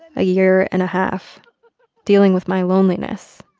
a year and a half dealing with my loneliness,